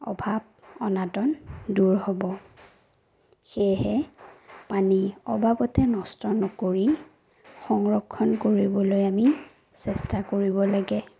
অভাৱ অনাটন দূৰ হ'ব সেয়েহে পানী অবাবতে নষ্ট নকৰি সংৰক্ষণ কৰিবলৈ আমি চেষ্টা কৰিব লাগে